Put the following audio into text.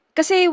Kasi